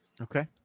Okay